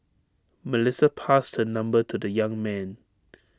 Melissa passed her number to the young man